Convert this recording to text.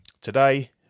today